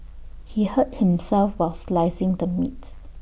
he hurt himself while slicing the meat